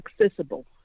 accessible